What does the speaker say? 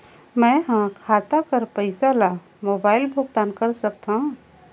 मैं ह खाता कर पईसा ला मोबाइल भुगतान कर सकथव?